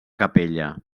capella